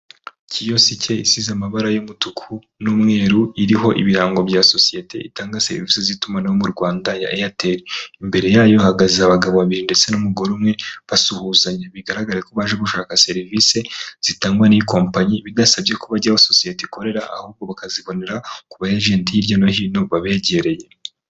Kiyosike isize amabara y'umutuku n'umweru, iriho ibirango bya sosiyete itanga serivisi z'itumanaho mu Rwanda ya Eyateri, imbere yayo hahagaze abagabo babiri ndetse n'umugore umwe basuhuzanya, bigaraga ko baje gushaka serivisi zitangwa n'iyi kompanyi bidasabye ko bajyaho sosiyete ikorera, hubwo bakazibonera ku bayaje hirya no hino habegereye.